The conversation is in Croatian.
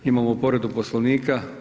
Imamo povredu Poslovnika.